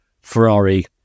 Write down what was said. Ferrari